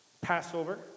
Passover